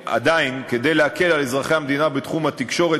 כדי להקל על אזרחי המדינה בתחום התקשורת,